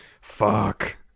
Fuck